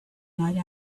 night